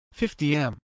50m